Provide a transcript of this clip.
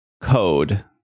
code